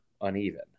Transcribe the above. uneven